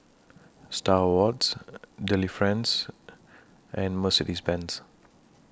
STAR Awards Delifrance and Mercedes Benz